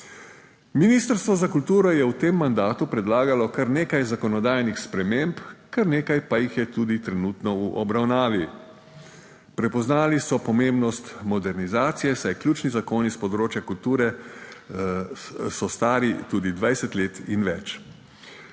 Ministrstvo za kulturo je v tem mandatu predlagalo kar nekaj zakonodajnih sprememb, kar nekaj pa jih je tudi trenutno v obravnavi. Prepoznali so pomembnost modernizacije, saj ključni zakoni s področja kulture so stari tudi 20 let in več.